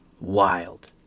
Wild